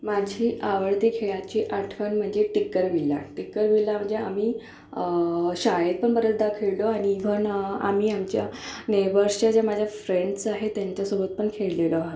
माझी आवडती खेळाची आठवण म्हणजे टिक्कर विल्ला टिक्कर विल्ला म्हणजे आम्ही शाळेत पण बऱ्याचदा खेळलो आणि घनं आम्ही आमच्या नेबर्सच्या ज्या माझ्या फ्रेंड्स आहेत त्यांच्यासोबत पण खेळलेलो आहोत